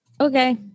Okay